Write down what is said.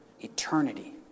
Eternity